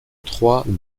trois